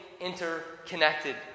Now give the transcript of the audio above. interconnected